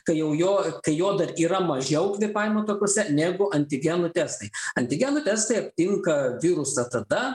kai jau jo kai jo dar yra mažiau kvėpavimo takuose negu antigenų testai antigenų testai aptinka virusą tada